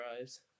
eyes